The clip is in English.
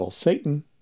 Satan